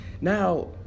Now